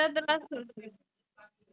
நீ தான் சொல்லணும்:nee thaan sollanum